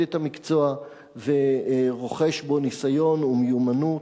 את המקצוע ורוכש בו ניסיון ומיומנות.